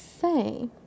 say